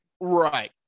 Right